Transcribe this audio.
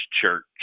church